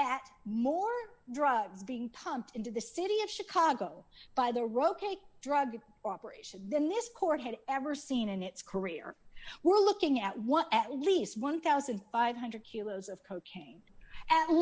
at more drugs being pumped into the city of chicago by the roquet drug operation than this court had ever seen in its career we're looking at what at least one thousand five hundred kilos of cocaine at